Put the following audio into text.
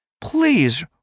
please